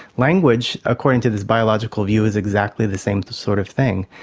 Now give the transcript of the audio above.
language, according to this biological view, is exactly the same sort of thing.